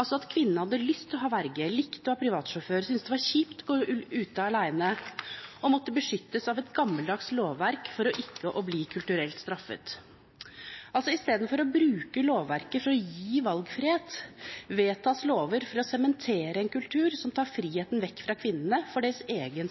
altså at kvinnene hadde lyst til å ha verge, likte å ha privatsjåfør, syntes det var kjipt å gå ute alene og måtte beskyttes av et gammeldags lovverk for ikke å bli kulturelt straffet. I stedet for å bruke lovverket til å gi valgfrihet, vedtas lover for å sementere en kultur som tar friheten fra kvinnene for deres egen